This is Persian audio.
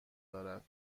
دارد